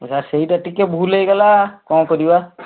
sir ସେଇଟା ଟିକେ ଭୁଲ ହେଇଗଲା କ'ଣ କରିବା